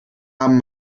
haben